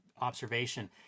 observation